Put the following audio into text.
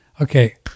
okay